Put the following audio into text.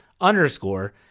underscore